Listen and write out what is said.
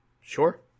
Sure